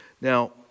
Now